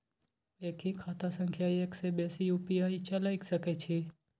एक ही खाता सं एक से बेसी यु.पी.आई चलय सके छि?